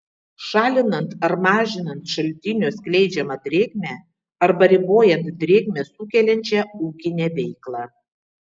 šalinant ar mažinant šaltinio skleidžiamą drėgmę arba ribojant drėgmę sukeliančią ūkinę veiklą